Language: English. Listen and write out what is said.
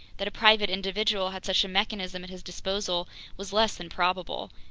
that a private individual had such a mechanism at his disposal was less than probable.